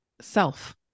self